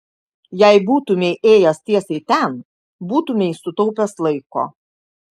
jei būtumei ėjęs tiesiai ten būtumei sutaupęs laiko